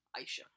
aisha